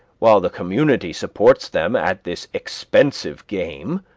while the community supports them at this expensive game,